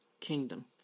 kingdom